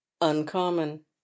uncommon